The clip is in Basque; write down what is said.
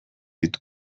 ditu